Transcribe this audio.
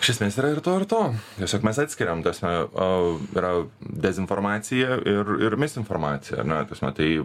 iš esmnės yra ir to ir to tiesiog mes atskiriam tasme o yra dezinformacija ir ir misinformacija ane tasme na tai